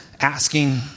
Asking